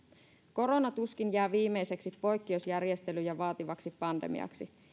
korona tuskin jää viimeiseksi poikkeusjärjestelyjä vaativaksi pandemiaksi